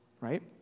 right